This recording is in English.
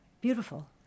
beautiful